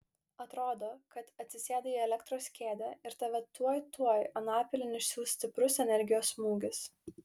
atrodo kad atsisėdai į elektros kėdę ir tave tuoj tuoj anapilin išsiųs stiprus energijos smūgis